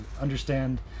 understand